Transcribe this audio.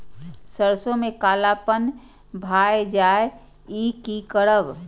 सरसों में कालापन भाय जाय इ कि करब?